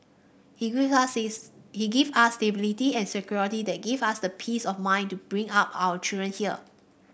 he gave he gave us stability and security that gives us the peace of mind to bring up our children here